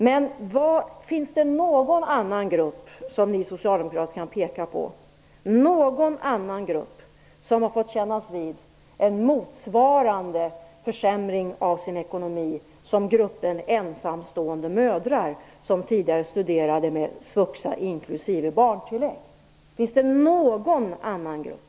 Men finns det någon annan grupp som ni socialdemokrater kan peka på som har fått kännas vid en motsvarande försämring av sin ekonomi som gruppen ensamstående mödrar som tidigare studerade med svuxa inklusive barntillägg? Finns det någon annan grupp?